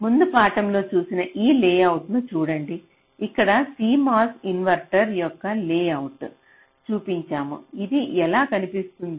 ముందు పాఠంలో చూసిన ఈ లేఅవుట్ ను చూడండి ఇక్కడ CMOS ఇన్వర్టర్ యొక్క లేఅవుట్ను చూపించాము ఇది ఎలా కనిపిస్తుంది